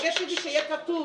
שיהיה כתוב